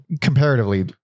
comparatively